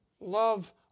Love